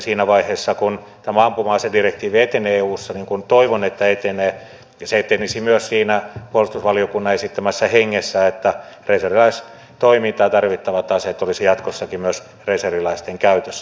siinä vaiheessa kun tämä ampuma asedirektiivi etenee eussa niin kuin toivon että se etenee toivon että se etenisi myös siinä puolustusvaliokunnan esittämässä hengessä että reserviläistoimintaan tarvittavat aseet olisivat jatkossakin myös reserviläisten käytössä